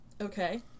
okay